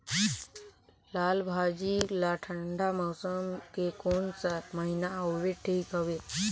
लालभाजी ला ठंडा मौसम के कोन सा महीन हवे ठीक हवे?